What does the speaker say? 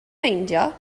meindio